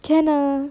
can lah